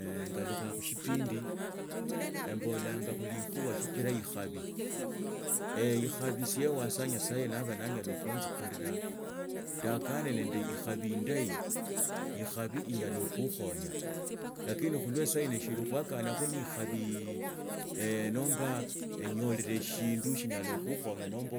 ngalukhaa khushipindi embolanga khulikhuba sichira likhabi ikhabi siewa siwa nyasaye na ba naanyala khunzikurira ndaakane nende ikhabi indahi ikhabi inyala khuukhonyai lakini esahino shili khukanakho nende ikhabi numba